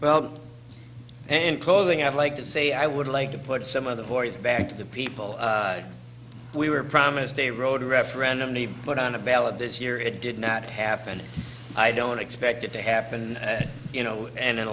well and closing i'd like to say i would like to put some of the boys back to the people we were promised a road a referendum the put on a ballot this year it did not happen i don't expect it to happen you know and an